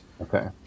Okay